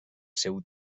seu